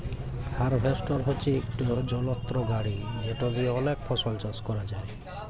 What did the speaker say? harvester হছে ইকট যলত্র গাড়ি যেট দিঁয়ে অলেক ফসল চাষ ক্যরা যায়